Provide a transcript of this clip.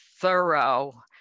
thorough